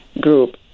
group